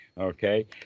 Okay